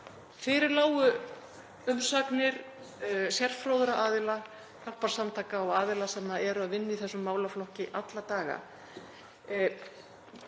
Fyrir lágu umsagnir sérfróðra aðila, hjálparsamtaka og aðila sem eru að vinna í þessum málaflokki alla daga.